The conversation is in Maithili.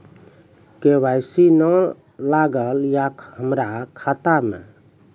के.वाई.सी ने न लागल या हमरा खाता मैं?